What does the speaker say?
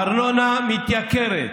הארנונה מתייקרת.